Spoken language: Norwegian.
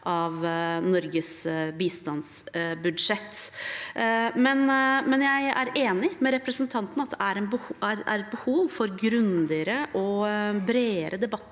av Norges bistandsbudsjett. Samtidig er jeg enig med representanten i at det er et behov for grundigere og bredere debatter